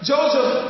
Joseph